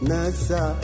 Nasa